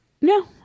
No